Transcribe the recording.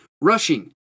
Rushing